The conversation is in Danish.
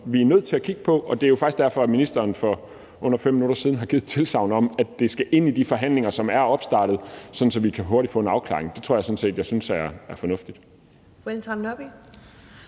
vi er nødt til kigge på. Og det er jo faktisk derfor, at ministeren for mindre end 5 minutter siden har givet tilsagn om, at det skal ind i de forhandlinger, som er opstartet, sådan at vi hurtigt kan få en afklaring. Det tror jeg sådan set jeg synes er fornuftigt.